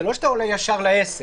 זה לא שאתה עולה ישר ל-10,000,